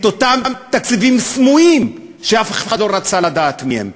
אותם תקציבים סמויים שאף אחד לא רצה לדעת מהם,